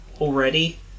already